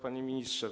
Panie Ministrze!